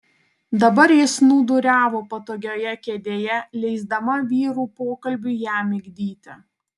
dabar ji snūduriavo patogioje kėdėje leisdama vyrų pokalbiui ją migdyti